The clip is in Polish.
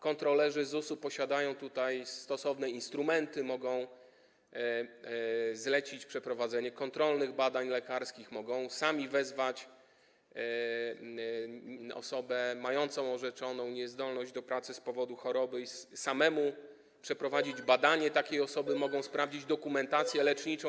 Kontrolerzy ZUS-u posiadają stosowne instrumenty, mogą zlecić przeprowadzenie kontrolnych badań lekarskich, mogą sami wezwać osobę mającą orzeczoną niezdolność do pracy z powodu choroby i samemu przeprowadzić badanie takiej osoby, mogą sprawdzić dokumentację leczniczą.